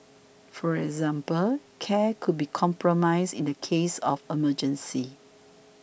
for example care could be compromised in the case of emergencies